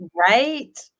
Right